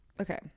Okay